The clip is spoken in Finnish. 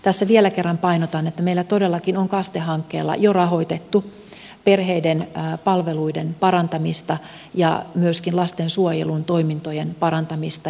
tässä vielä kerran painotan että meillä todellakin on kaste hankkeella jo rahoitettu perheiden palveluiden parantamista ja myöskin lastensuojelun toimintojen parantamista